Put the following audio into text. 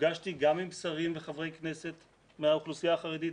נפגשתי גם עם שרים וחברי כנסת מהאוכלוסייה החרדית,